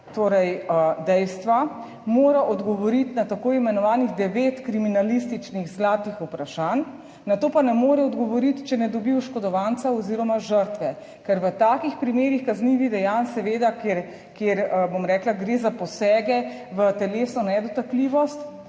torej dejstva, mora odgovoriti na tako imenovanih 9 kriminalističnih zlatih vprašanj, na to pa ne more odgovoriti, če ne dobi oškodovanca oziroma žrtve, ker v takih primerih kaznivih dejanj seveda, ker kjer, bom rekla, gre za posege v telesno nedotakljivost,